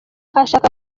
ashaka